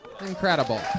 Incredible